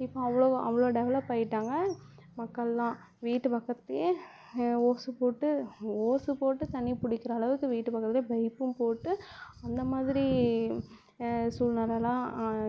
இப்போது அவ்வளவு அவ்வளோ டெவெலப் ஆகிட்டாங்க மக்கள்லாம் வீட்டு பக்கத்தில் ஓசு போட்டு ஓசு போட்டு தண்ணிர் பிடிக்கிற அளவுக்கு வீட்டு பக்கத்திலயே பைப்பும் போட்டு அந்த மாதிரி சூழ்நிலலாம்